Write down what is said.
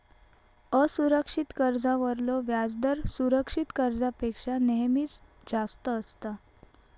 असुरक्षित कर्जावरलो व्याजदर सुरक्षित कर्जापेक्षा नेहमीच जास्त असता